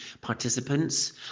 participants